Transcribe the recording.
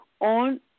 on